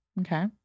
Okay